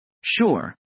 Sure